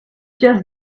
just